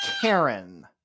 Karen